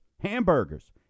hamburgers